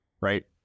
right